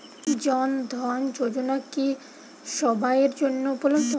জন ধন যোজনা কি সবায়ের জন্য উপলব্ধ?